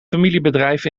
familiebedrijf